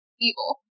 evil